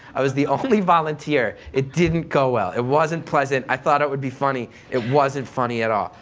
i was the only volunteer. it didn't go well, it wasn't pleasant. i thought it would be funny, it wasn't funny at all.